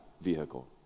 vehicle